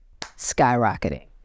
skyrocketing